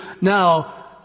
now